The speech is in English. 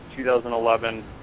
2011